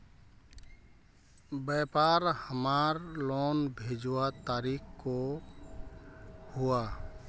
व्यापार हमार लोन भेजुआ तारीख को हुआ?